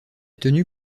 tenue